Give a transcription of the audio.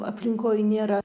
aplinkoj nėra